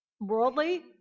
worldly